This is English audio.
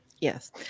Yes